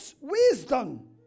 wisdom